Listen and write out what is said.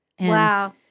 Wow